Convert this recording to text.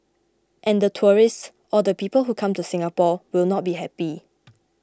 and the tourists or the people who come to Singapore will not be happy